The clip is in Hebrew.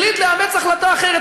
החליט לאמץ החלטה אחרת,